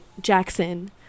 jackson